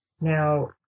Now